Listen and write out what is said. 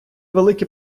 велике